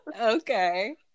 Okay